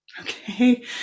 okay